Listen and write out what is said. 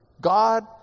God